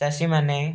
ଚାଷୀମାନେ